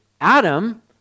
Adam